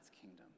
kingdom